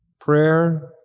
Prayer